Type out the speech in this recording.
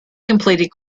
completed